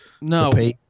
no